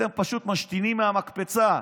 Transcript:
אתם פשוט משתינים מהמקפצה.